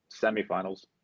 semifinals